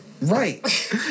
right